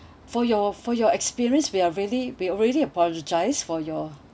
for your for your experience we are really we already apologised for your